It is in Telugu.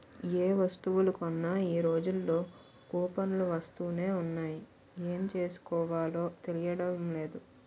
ఏ వస్తువులు కొన్నా ఈ రోజుల్లో కూపన్లు వస్తునే ఉన్నాయి ఏం చేసుకోవాలో తెలియడం లేదు